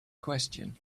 question